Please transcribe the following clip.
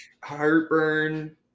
heartburn